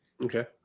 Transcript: Okay